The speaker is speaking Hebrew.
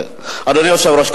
אדוני היושב-ראש,